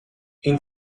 این